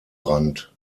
rand